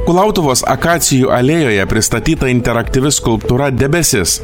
kulautuvos akacijų alėjoje pristatyta interaktyvi skulptūra debesis